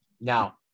Now